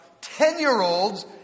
Ten-year-olds